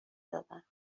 دادن